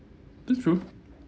that's true